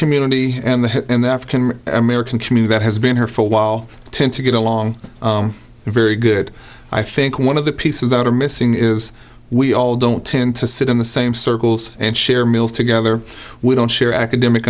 community and the african american community that has been here for a while tend to get along very good i think one of the pieces that are missing is we all don't tend to sit in the same circles and share meals together we don't share academic